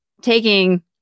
taking